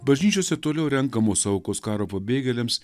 bažnyčiose toliau renkamos aukos karo pabėgėliams